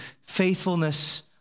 faithfulness